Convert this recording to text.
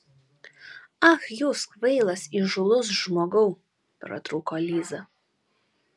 ach jūs kvailas įžūlus žmogau pratrūko liza